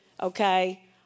Okay